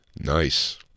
Nice